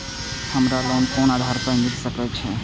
हमरा लोन कोन आधार पर मिल सके छे?